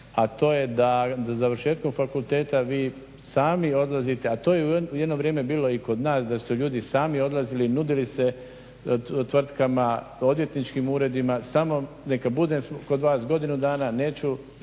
a to je da završetkom fakulteta vi sami odlazite, a to je u jedno vrijeme bilo i kod nas, da su ljudi sami odlazili, nudili se tvrtkama, odvjetničkim uredima, smo neka budem kod vas godinu dana, neću